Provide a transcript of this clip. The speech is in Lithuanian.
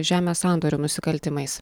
žemės sandorių nusikaltimais